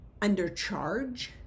undercharge